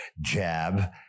jab